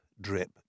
Drip